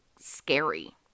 scary